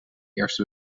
eerste